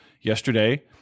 yesterday